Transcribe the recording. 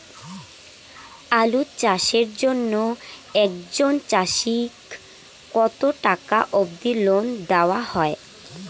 আলু চাষের জন্য একজন চাষীক কতো টাকা অব্দি লোন দেওয়া হয়?